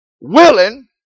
willing